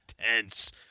tense